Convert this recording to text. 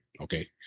okay